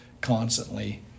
constantly